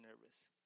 nervous